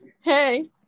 Hey